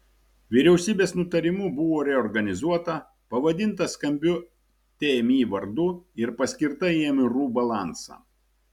vyriausybės nutarimu buvo reorganizuota pavadinta skambiu tmi vardu ir paskirta į mru balansą